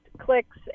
clicks